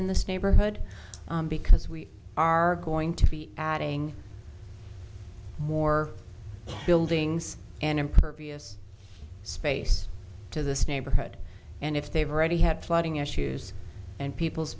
in this neighborhood because we are going to be adding more buildings and impervious space to this neighborhood and if they've already had flooding issues and people's